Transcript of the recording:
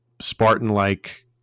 Spartan-like